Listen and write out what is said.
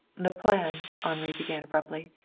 the plan, henri began abruptly,